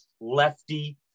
lefty